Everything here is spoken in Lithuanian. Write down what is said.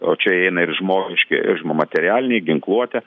o čia įeina ir žmogiški ir materialiniai ginkluotė